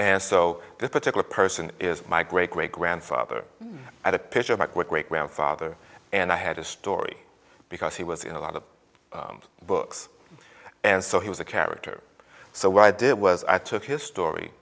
and so this particular person is my great great grandfather had a picture about what great grandfather and i had a story because he was in a lot of books and so he was a character so why did was i took his story